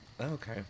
Okay